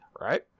right